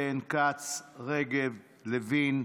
יולי יואל אדלשטיין, ישראל כץ, רגב, יריב לוין,